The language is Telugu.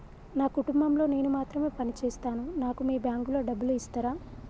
నా కుటుంబం లో నేను మాత్రమే పని చేస్తాను నాకు మీ బ్యాంకు లో డబ్బులు ఇస్తరా?